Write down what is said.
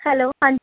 hello ਹਾਂਜੀ